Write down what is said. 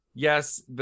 Yes